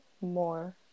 more